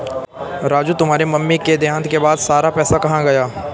राजू तुम्हारे मम्मी के देहांत के बाद सारा पैसा कहां गया?